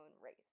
race